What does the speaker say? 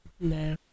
No